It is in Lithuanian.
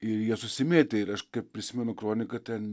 ir jie susimėtė ir aš prisimenu kroniką ten